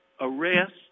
arrest